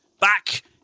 back